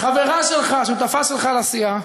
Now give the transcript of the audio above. חברה שלך, שותפה שלך לסיעה,